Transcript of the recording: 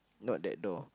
not that door